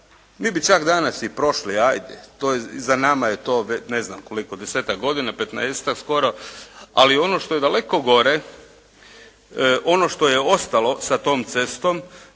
mi bi čak danas i prošli, ajde za nama je to ne znam koliko 10-ak godina, 15-ak skoro, ali ono što je daleko gore, ono što je ostalo sa tom cestom